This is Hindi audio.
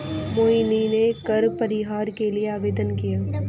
मोहिनी ने कर परिहार के लिए आवेदन किया